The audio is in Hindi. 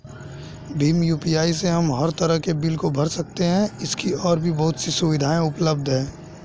भीम यू.पी.आई से हम हर तरह के बिल को भर सकते है, इसकी और भी बहुत सी सुविधाएं उपलब्ध है